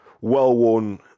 well-worn